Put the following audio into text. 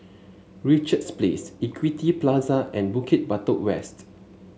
Richards Place Equity Plaza and Bukit Batok West